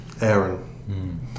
Aaron